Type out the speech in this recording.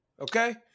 Okay